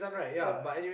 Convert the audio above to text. ya